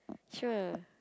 sure